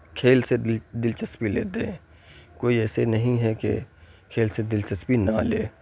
کھیل سے دلچسپی لیتے ہیں کوئی ایسے نہیں ہے کہ کھیل سے دلچسپی نہ لے